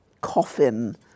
coffin